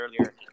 earlier